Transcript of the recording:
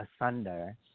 Asunder